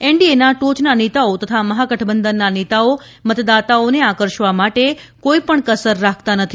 એનડીએના ટોચના નેતાઓ તથા મહાગઠબંધનના નેતાઓ મતદાતાઓને આકર્ષવા માટે કોઈપણ કસર રાખતા નથી